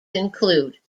include